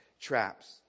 traps